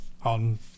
on